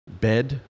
bed